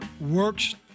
works